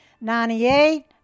ninety-eight